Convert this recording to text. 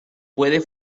puede